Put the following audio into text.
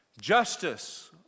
Justice